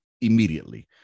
immediately